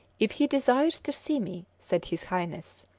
if he desires to see me, said his highness,